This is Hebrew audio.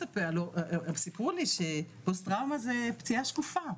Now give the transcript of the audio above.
סיפרו לי שפוסט טראומה זה פציעה שקופה,